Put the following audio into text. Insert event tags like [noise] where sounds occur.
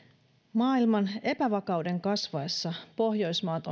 maailman epävakauden kasvaessa pohjoismaat [unintelligible]